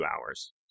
hours